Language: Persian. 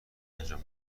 انجام